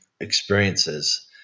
experiences